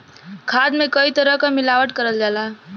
खाद में कई तरे क मिलावट करल जाला